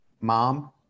mom